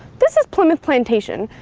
this is plimoth plantation.